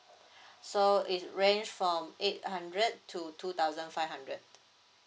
so it range from eight hundred to two thousand five hundred